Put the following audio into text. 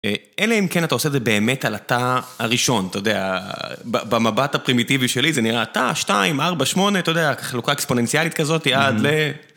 אלא אם כן אתה עושה את זה באמת על התא הראשון, אתה יודע, במבט הפרימיטיבי שלי זה נראה תא 2, 4, 8, אתה יודע, החלוקה אקספוננציאלית כזאת עד ל...